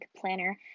planner